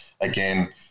Again